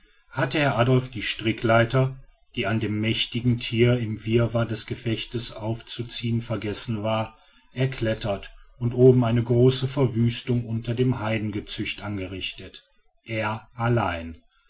hatte herr adolf die strickleitern die an dem mächtigen tiere im wirrwarr des gefechtes aufzuziehen vergessen waren erklettert und oben eine große verwüstung unter dem heidengezücht angerichtet er allein